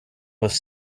was